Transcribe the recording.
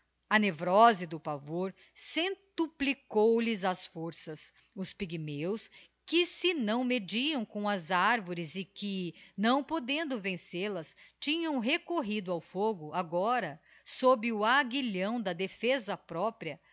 a nevrose do pavor centuplicou lhes as forças os pygmeus que se não mediam com as arvores e que não podendo vencel as tinham recorrido ao fogo agora sob o aguilhão da defesa própria